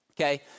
Okay